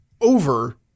Over